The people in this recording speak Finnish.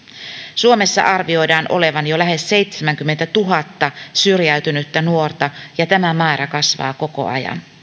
suomessa arvioidaan olevan jo lähes seitsemänkymmentätuhatta syrjäytynyttä nuorta ja tämä määrä kasvaa koko ajan